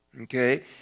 okay